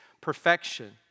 perfection